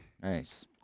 Nice